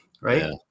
right